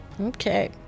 Okay